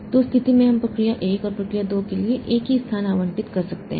तो उस स्थिति में हम प्रक्रिया 1 और प्रक्रिया 2 के लिए एक ही स्थान आवंटित कर सकते हैं